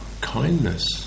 kindness